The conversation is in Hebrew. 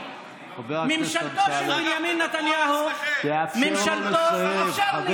במשך שנים, במשך שנים, תשאל את אלה שהיו פה.